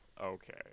okay